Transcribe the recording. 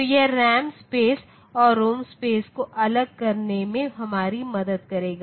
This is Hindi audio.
तो यह रैम स्पेस और रोम स्पेस को अलग करने में हमारी मदद करेगा